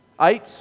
Eight